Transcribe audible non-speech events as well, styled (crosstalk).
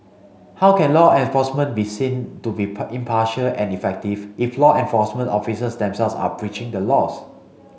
how can law enforcement be seen to be (unintelligible) impartial and effective if law enforcement officers themselves are breaching the laws